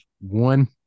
One